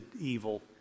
evil